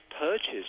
purchased